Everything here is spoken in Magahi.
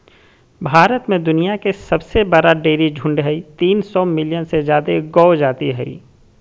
भारत में दुनिया के सबसे बड़ा डेयरी झुंड हई, तीन सौ मिलियन से जादे गौ जाती हई